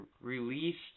released